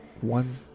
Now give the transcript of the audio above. one